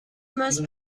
most